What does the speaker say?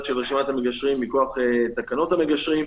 של רשימת המגשרים מכוח תקנות המגשרים,